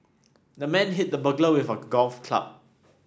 the man hit the burglar with a golf club